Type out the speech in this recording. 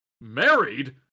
married